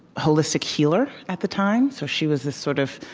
holistic healer at the time, so she was this sort of